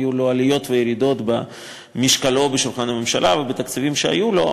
היו עליות וירידות במשקלו בשולחן הממשלה ובתקציבים שניתנו לו,